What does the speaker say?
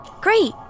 Great